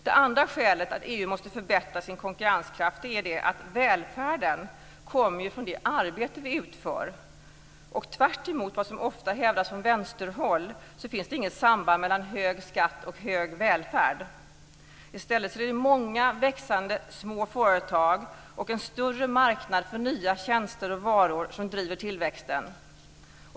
Det andra skälet till att EU måste förbättra sin konkurrenskraft är att välfärden kommer från det arbete vi utför. Tvärtemot vad som ofta hävdas från vänsterhåll finns det inget samband mellan hög skatt och hög välfärd. I stället är det många växande små företag och en större marknad för nya tjänster och varor som driver tillväxten.